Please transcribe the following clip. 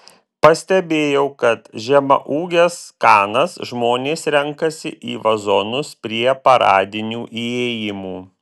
pastebėjau kad žemaūges kanas žmonės renkasi į vazonus prie paradinių įėjimų